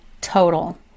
total